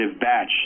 batch